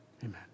Amen